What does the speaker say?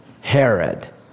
Herod